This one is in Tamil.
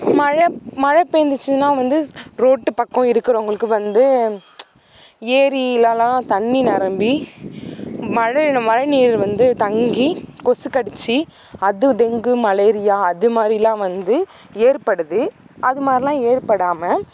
மழை மழை பேய்ஞ்சிச்சின்னா வந்து ரோட்டு பக்கம் இருக்கிறவங்களுக்கு வந்து ஏரியிலலாம் தண்ணி நிரம்பி மழையில் மழைநீர் வந்து தங்கி கொசு கடித்து அது டெங்கு மலேரியா அதுமாதிரிலாம் வந்து ஏற்படுது அதுமாதிரிலாம் ஏற்படாமல்